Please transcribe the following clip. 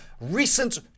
recent